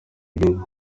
inyungu